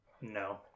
No